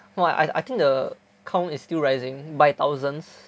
!wah! I I think the count is still rising by thousands